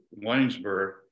Waynesburg